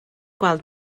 gweld